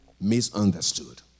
misunderstood